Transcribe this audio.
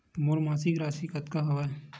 मोर मासिक राशि कतका हवय?